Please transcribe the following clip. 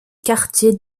quartier